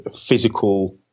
physical